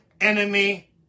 enemy